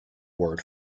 word